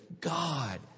God